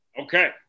Okay